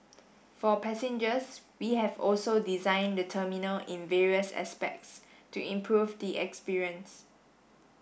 for passengers we have also design the terminal in various aspects to improve the experience